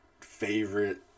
favorite